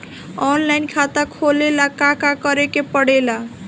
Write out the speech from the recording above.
Online खाता खोले ला का का करे के पड़े ला?